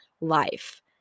life